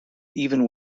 even